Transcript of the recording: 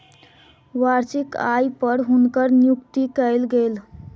वार्षिक आय पर हुनकर नियुक्ति कयल गेल